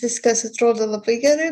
viskas atrodo labai gerai